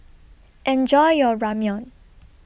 Enjoy your Ramyeon